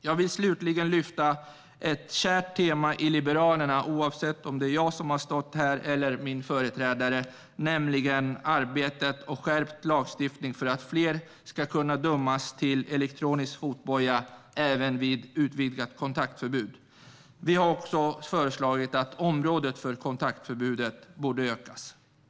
Jag vill slutligen lyfta fram ett kärt tema för Liberalerna, oavsett om det är jag eller min företrädare som stått här i talarstolen, nämligen arbetet för skärpt lagstiftning för att fler ska kunna dömas till elektronisk fotboja även vid utvidgat kontaktförbud. Vi har också föreslagit att området för kontaktförbudet ska utökas.